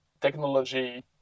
technology